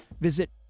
Visit